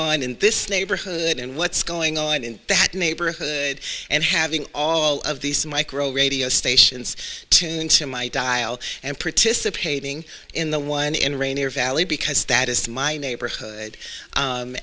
on in this neighborhood and what's going on in that neighborhood and having all of these micro radio stations tuned into my dial and participating in the wind and rain or valley because that is my neighborhood